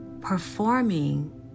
performing